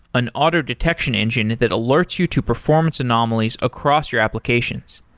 an auto detection engine that alerts you to performance anomalies across your applications.